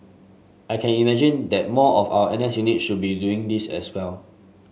I can imagine that more of our N S units should be doing this as well